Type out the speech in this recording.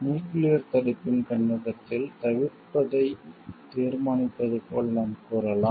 nuclear தடுப்பின் கண்ணோட்டத்தில் தவிர்ப்பதை தீர்மானிப்பது போல் நாம் கூறலாம்